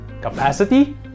Capacity